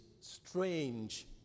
strange